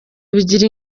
bigira